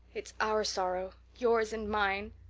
it's our sorrow yours and mine.